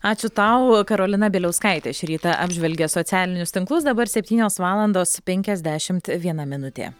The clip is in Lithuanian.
ačiū tau karolina bieliauskaitė šį rytą apžvelgė socialinius tinklus dabar septynios valandos penkiasdešimt viena minutė